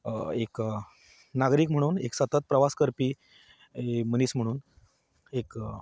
एक नागरीक म्हणून एक सतत प्रवास करपी मनीस म्हणून एक